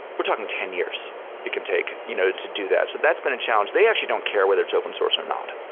we're talking ten years it can take you know to do that. that's been a challenge. they actually don't care whether it's open source or not.